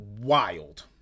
Wild